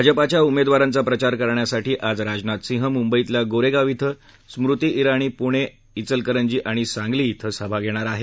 भाजपाच्या उमेदवारांचा प्रचार करण्यासाठी आज राजनाथ सिंह मुंबईतल्या गोरेगाव क्रि स्मृती जिणी पुणे जिलकरंजी आणि सांगलीत सभा घेणार आहेत